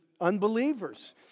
unbelievers